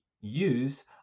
use